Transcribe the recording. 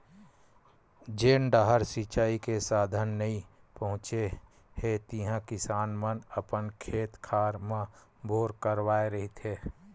जेन डाहर सिचई के साधन नइ पहुचे हे तिहा किसान मन अपन खेत खार म बोर करवाए रहिथे